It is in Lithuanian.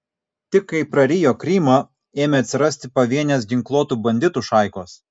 tik kai prarijo krymą ėmė atsirasti pavienės ginkluotų banditų šaikos